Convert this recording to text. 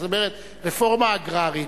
זאת אומרת רפורמה אגררית,